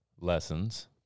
lessons